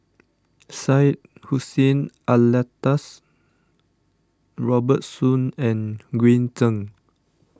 Syed Hussein Alatas Robert Soon and Green Zeng